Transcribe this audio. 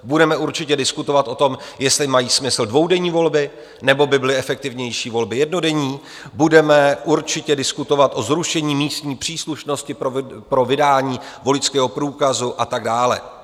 Budeme určitě diskutovat o tom, jestli mají smysl dvoudenní volby, nebo by byly efektivnější volby jednodenní, budeme určitě diskutovat o zrušení místní příslušnosti pro vydání voličského průkazu a tak dále.